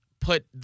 Put